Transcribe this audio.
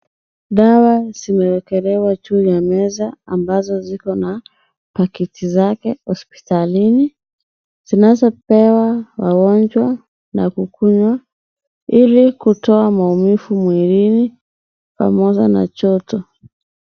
Dawa zimeekelewa juu ya meza ambazo ziko na paketi zake hospitalini zinazopewa wagomjwa na kukunywa ilikutoa maumivu mwilini pamoja na joto.